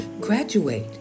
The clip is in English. Graduate